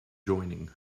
joining